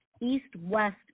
east-west